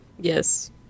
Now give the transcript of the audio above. Yes